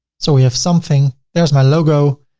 so we have something. there's my logo.